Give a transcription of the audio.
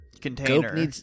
container